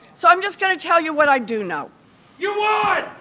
so i'm just going to tell you what i do know you yeah